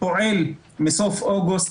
פועל מסוף אוגוסט,